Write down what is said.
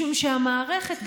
משום שהמערכת,